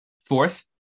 Fourth